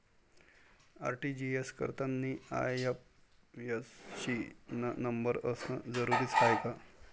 RTGS करतांनी IFSC न number असनं जरुरीच हाय का?